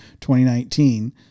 2019